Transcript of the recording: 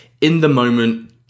in-the-moment